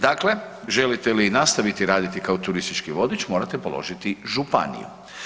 Dakle, želite li nastaviti raditi kao turistički vodič morate položiti županiju.